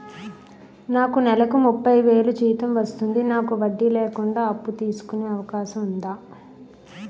నాకు నేలకు ముప్పై వేలు జీతం వస్తుంది నాకు వడ్డీ లేకుండా అప్పు తీసుకునే అవకాశం ఉందా